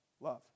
Love